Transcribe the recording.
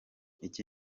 iki